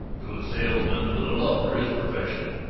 to a salesman with a love for his profession,